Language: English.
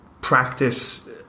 practice